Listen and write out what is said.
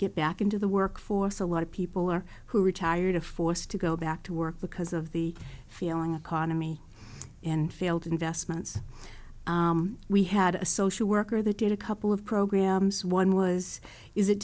get back into the workforce a lot of people are who are tired of forced to go back to work because of the feeling economy and failed investments we i had a social worker that had a couple of programs one was is it